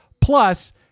Plus